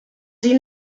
sie